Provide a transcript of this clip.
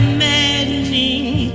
maddening